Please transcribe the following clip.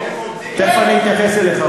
תכף אני אתייחס אליך,